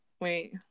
wait